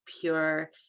pure